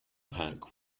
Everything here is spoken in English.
pack